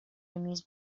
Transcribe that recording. эмес